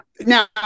now